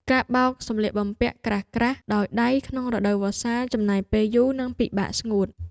ការបោកសម្លៀកបំពាក់ក្រាស់ៗដោយដៃក្នុងរដូវវស្សា ចំណាយពេលយូរ និងពិបាកស្ងួត។